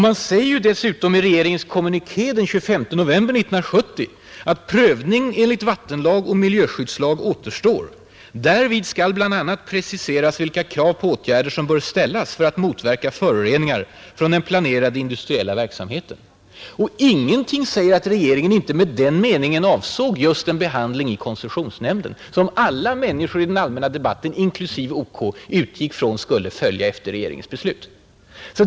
Man säger dessutom i regeringens kommuniké den 25 november 1970: ”Prövning enligt vattenlag och miljöskyddslag återstår. Därvid skall bl.a. preciseras vilka krav på åtgärder som bör ställas för att motverka föroreningar från den planerade industriella verksamheten.” Ingenting säger att regeringen inte med den meningen avsåg just en behandling i koncessionsnämnden, som alla människor i den allmänna debatten, inklusive OK, utgick från skulle följa efter regeringens beslut.